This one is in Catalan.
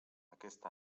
aquest